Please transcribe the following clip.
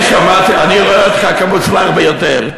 אני רואה אותך כמוצלח ביותר.